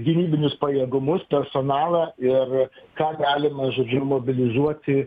gynybinius pajėgumus personalą ir ką galima žodžiu ir mobilizuoti